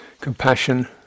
compassion